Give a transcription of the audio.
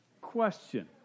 Question